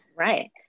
Right